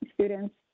students